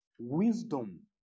Wisdom